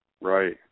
Right